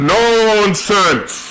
Nonsense